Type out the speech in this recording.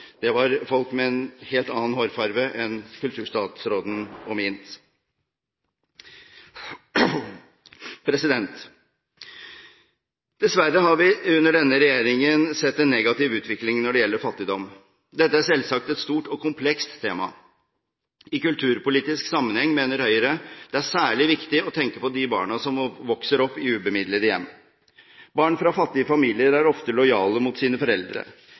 det var folk med en helt annen hårfarge enn kulturstatsrådens og min. Dessverre har vi under denne regjeringen sett en negativ utvikling når det gjelder fattigdom. Dette er selvsagt et stort og komplekst tema. I kulturpolitisk sammenheng mener Høyre at det er særlig viktig å tenke på de barna som vokser opp i ubemidlede hjem. Barn fra fattige familier er ofte lojale mot sine foreldre.